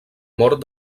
mort